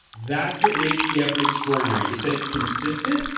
that's what makes the effort extraordinary. it's that it's consistent,